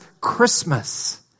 Christmas